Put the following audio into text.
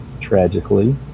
Tragically